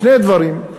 שני דברים: